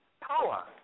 power